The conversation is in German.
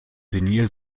senil